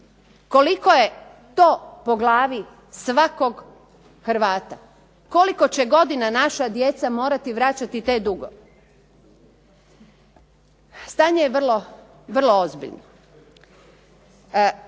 Koliko je to po glavi svakog Hrvata? Koliko će godina naša djeca morati vraćati te dugove? Stanje je vrlo ozbiljno.